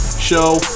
Show